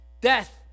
Death